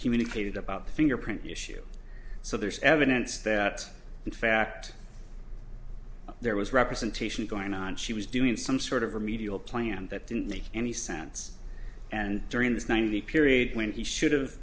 communicated about the fingerprint issue so there's evidence that in fact there was representation going on she was doing some sort of remedial plan that didn't make any sense and during this ninety period when he should've